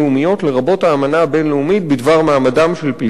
לרבות האמנה הבין-לאומית בדבר מעמדם של פליטים,